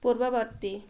ପୂର୍ବବର୍ତ୍ତୀ